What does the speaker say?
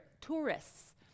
tourists